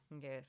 Yes